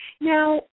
Now